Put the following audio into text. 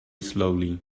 slowly